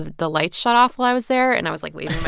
the lights shut off while i was there. and i was, like, waving but